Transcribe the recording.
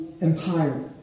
empire